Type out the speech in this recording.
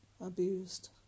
abused